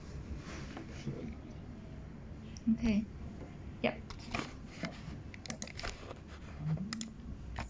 okay yup